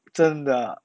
真的啊